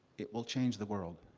it will change the world.